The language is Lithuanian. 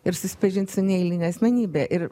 ir susipažint su neeiline asmenybe ir